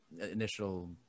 initial